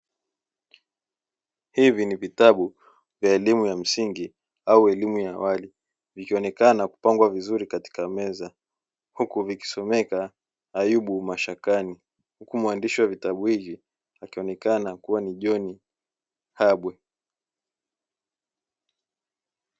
Hivi ni vitabu vya elimu ya msingi au elimu ya awali, vikionekana kupangwa vizuri katika meza huku vikisomeka "Ayubu mashakani" huku maandishi wa vitabu hivi akionekana kua ni Jonh Habwe.